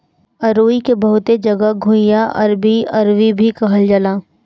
अरुई के बहुते जगह घुइयां, अरबी, अरवी भी कहल जाला